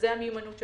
והמיומנות שלנו.